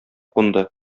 кунды